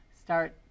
start